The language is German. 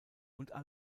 und